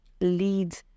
lead